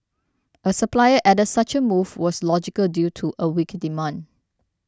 a supplier added such a move was logical due to a weak demand